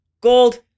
gold